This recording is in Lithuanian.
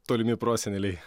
tolimi proseneliai